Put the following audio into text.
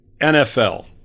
NFL